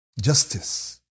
justice